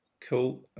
Cool